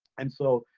and so,